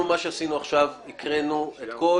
עד עכשיו הקראנו את כל